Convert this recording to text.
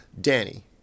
Danny